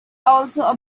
also